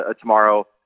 tomorrow